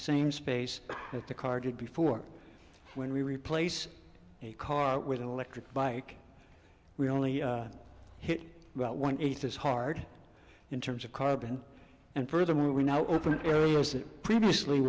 same space with the car did before when we replace a car with an electric bike we only hit about one eighth this hard in terms of carbon and furthermore we now open for less it previously